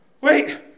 Wait